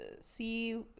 see